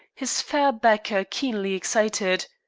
his fair backer keenly excited.